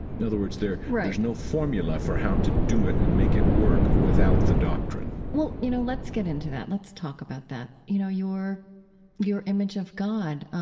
in other words, there, right, there's no formula for how to do it and make it work without the doctrine well, you know, let's get into that. let's talk about that. you know, your your image of god,